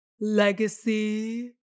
legacy